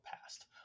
past